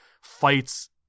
fights